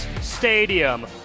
stadium